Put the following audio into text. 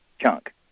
chunk